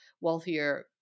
wealthier